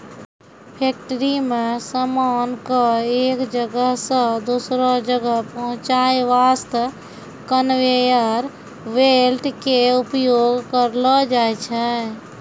factory मॅ सामान कॅ एक जगह सॅ दोसरो जगह पहुंचाय वास्तॅ कनवेयर बेल्ट के उपयोग करलो जाय छै